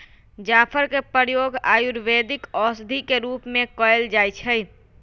जाफर के प्रयोग आयुर्वेदिक औषधि के रूप में कएल जाइ छइ